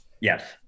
Yes